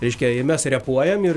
reiškia ir mes reaguojam ir